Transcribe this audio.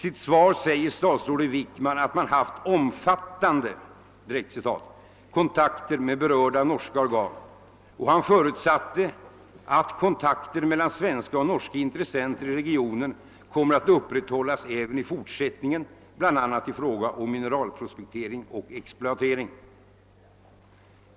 I sitt svar säger statsrådet Wickman nu att man haft >omfattande» kontakter med »berörda norska organ», och han förutsätter »att kontakter mellan svenska och norska intressenter i regionen kommer att upprätthållas även i fortsättningen bl.a. i fråga om mineralprospektering och exploatering».